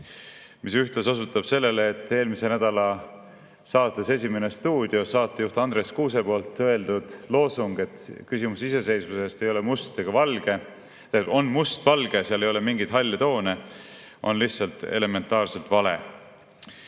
mis ühtlasi osutab sellele, et eelmisel nädalal saates "Esimene stuudio" saatejuht Andres Kuuse öeldud loosung, et küsimus iseseisvusest on mustvalge ja seal ei ole mingeid halle toone, on lihtsalt elementaarselt vale.